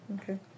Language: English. Okay